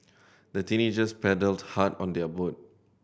the teenagers paddled hard on their boat